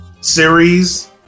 series